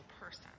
person